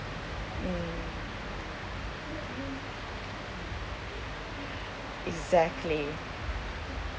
mm exactly